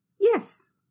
Yes